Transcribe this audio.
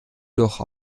doch